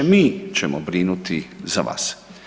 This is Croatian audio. Mi ćemo brinuti za vas.